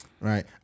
Right